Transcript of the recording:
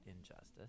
injustice